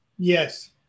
Yes